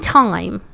time